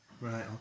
Right